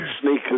sneakers